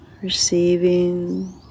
Receiving